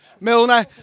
Milner